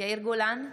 יאיר גולן,